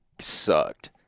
sucked